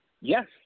Yes